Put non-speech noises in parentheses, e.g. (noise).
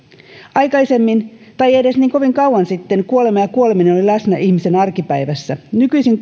aikaisemmin ei edes niin kovin kauan sitten kuolema ja kuoleminen oli läsnä ihmisen arkipäivässä nykyisin (unintelligible)